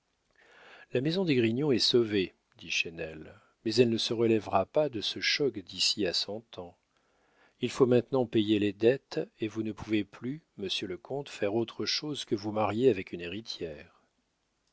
la maison d'esgrignon est sauvée dit chesnel mais elle ne se relèvera pas de ce choc d'ici à cent ans il faut maintenant payer les dettes et vous ne pouvez plus monsieur le comte faire autre chose que vous marier avec une héritière